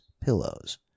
pillows